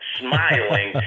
smiling